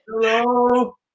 Hello